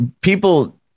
people